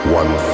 one